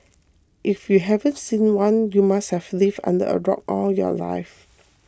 if you haven't seen one you must have lived under a rock all your life